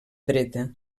dreta